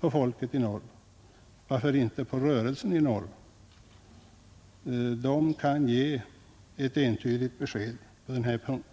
på folket i norr, varför inte på rörelsen i norr. Där kan han få ett entydigt besked på den här punkten.